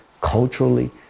culturally